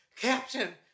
Captain